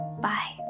Bye